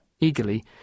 eagerly